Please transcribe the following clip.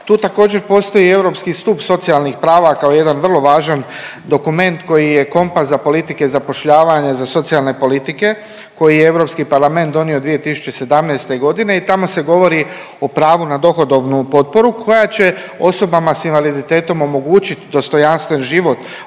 Tu također postoji i europski stup socijalnih prava kao jedan vrlo važan dokument koji je kompas za politike zapošljavanja, za socijalne politike koji je Europski parlament donio 2017. godine i tamo se govori o pravu na dohodovnu potporu koja će osobama s invaliditetom omogućit dostojanstven život,